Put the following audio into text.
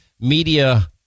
media